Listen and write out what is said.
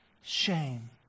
shame